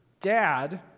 dad